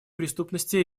преступности